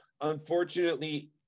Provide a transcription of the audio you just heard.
Unfortunately